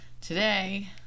Today